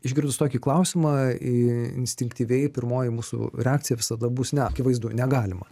išgirdus tokį klausimą i instinktyviai pirmoji mūsų reakcija visada bus ne kivaizdu negalima